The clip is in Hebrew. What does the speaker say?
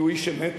כי הוא איש אמת,